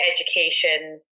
education